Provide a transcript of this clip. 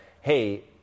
hey